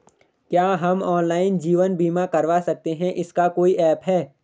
क्या हम ऑनलाइन जीवन बीमा करवा सकते हैं इसका कोई ऐप है?